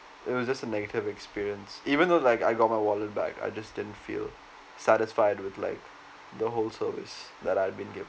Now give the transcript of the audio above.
it was just a negative experience even though like I got my wallet back I just didn't feel satisfied with like the whole service that I'd been given